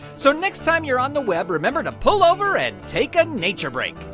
so next time you're on the web remember to pull over and take a nature break